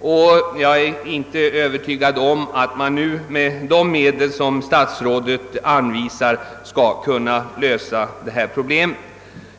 och jag är inte övertygad om att man nu med de medel som statsrådet anvisar skall kunna lösa problemen.